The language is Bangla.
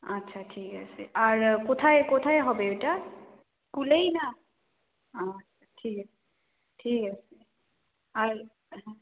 আচ্ছা ঠিক আছে আর কোথায় কোথায় হবে ওইটা স্কুলেই না ও আচ্ছা ঠিক আছে ঠিক আছে আর হ্যাঁ